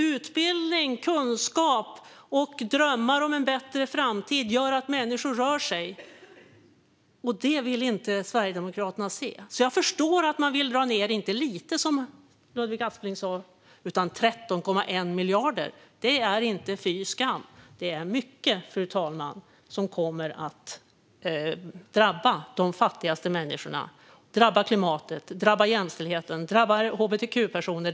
Utbildning, kunskap och drömmar om en bättre framtid gör att människor rör på sig. Det vill inte Sverigedemokraterna se, så jag förstår att man vill dra ned - inte lite, som Ludvig Aspling sa, utan 13,1 miljarder. Det är inte fy skam. Det är mycket, fru talman, och det kommer att drabba de fattigaste människorna, drabba klimatet, drabba jämställdheten, drabba hbtq-personer.